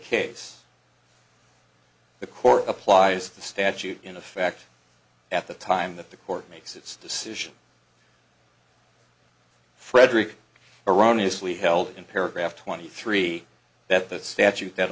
case the court applies the statute in effect at the time that the court makes its decision fredricka erroneous lee held in paragraph twenty three that the statute that